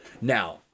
Now